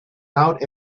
out